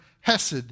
hesed